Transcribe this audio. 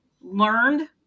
learned